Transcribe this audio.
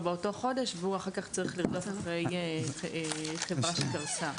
באותו חודש והוא אחר כך צריך לרדוף אחרי החברה שקרסה?